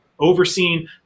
overseeing